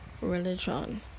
religion